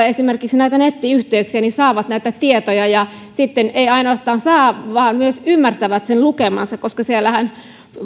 esimerkiksi näitä nettiyhteyksiä saavat näitä tietoja ja eivät ainoastaan saa vaan sitten myös ymmärtävät sen lukemansa koska siellähän